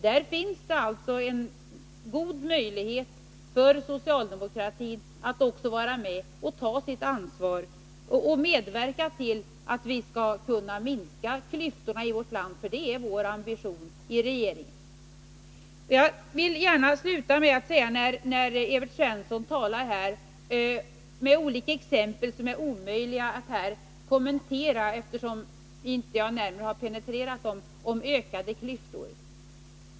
Här finns alltså en god möjlighet för socialdemokratin att vara med, att ta sitt ansvar och att medverka till att vi minskar klyftorna i vårt land, något som är regeringens ambition. Evert Svensson anförde här flera exempel för att visa att vi fått ökade klyftor. Jag kan inte kommentera dessa exempel, eftersom jag inte penetrerat dem.